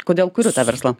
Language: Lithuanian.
kodėl kuriu tą verslą